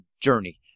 journey